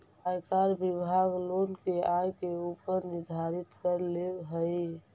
आयकर विभाग लोगन के आय के ऊपर निर्धारित कर लेवऽ हई